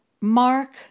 Mark